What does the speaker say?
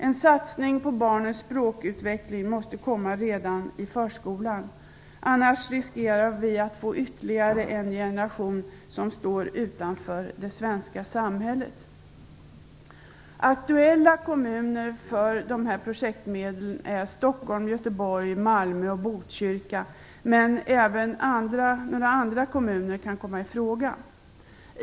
En satsning på barnens språkutveckling måste komma redan i förskolan. Annars riskerar vi att få ytterligare en generation som står utanför det svenska samhället. Aktuella kommuner för de här projektmedlen är Stockholm, Göteborg, Malmö och Botkyrka, men även några andra kommuner kan komma i fråga.